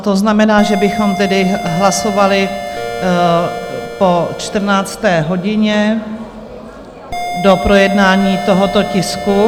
To znamená, že bychom tedy hlasovali po 14. hodině do projednání tohoto tisku.